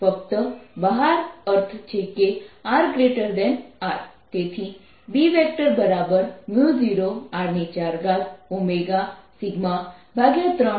ફક્ત બહાર અર્થ છે કે rR